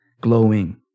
glowing